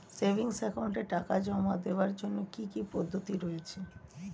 Savings একাউন্টে টাকা জমা দেওয়ার জন্য কি কি পদ্ধতি রয়েছে?